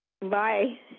Bye